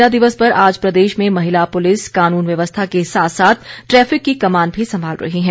महिला दिवस पर आज प्रदेश में महिला पुलिस कानून व्यवस्था के साथ साथ ट्रैफिक की कमान भी संभाल रही हैं